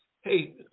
hey